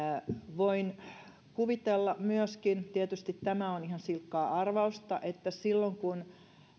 voin myöskin kuvitella tietysti tämä on ihan silkkaa arvausta että silloin kun